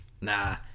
Nah